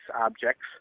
objects